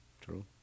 True